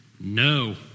No